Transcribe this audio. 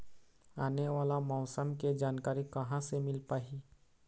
आने वाला मौसम के जानकारी कहां से मिल पाही?